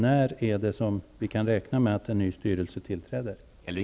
När kan vi räkna med att en ny styrelse tillträder?